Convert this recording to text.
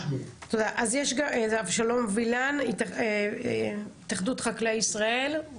אבשלום וילן, התאחדות חקלאי ישראל.